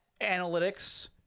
analytics